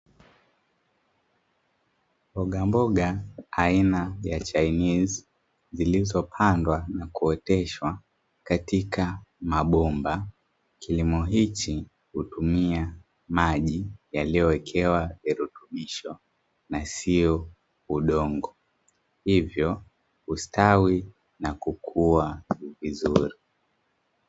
Mbogamboga aina ya chainizi, azilizopandwa na kuoteshwa katika mabomba. GKilimo hichi hutuv'mia maji yaliyoekewa virutubisho, na sio udongo. Hivyo hustawi na kukua vizuri.